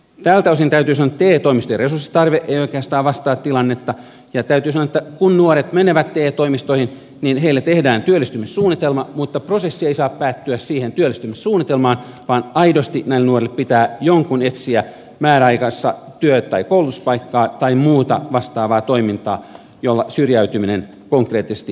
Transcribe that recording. tältä osin täytyy sanoa että te toimistojen resurssitarve ei oikeastaan vastaa tilannetta ja täytyy sanoa että kun nuoret menevät te toimistoihin niin heille tehdään työllistymissuunnitelma mutta prosessi ei saa päättyä siihen työllistymissuunnitelmaan vaan aidosti näille nuorille pitää jonkun etsiä määräajassa työ tai koulutuspaikkaa tai muuta vastaavaa toimintaa jolla syrjäytyminen konkreettisesti ehkäistään